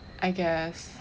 I guess